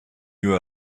you